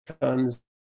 comes